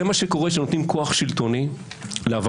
זה מה שקורה כשנותנים כוח שלטוני לעבריינים.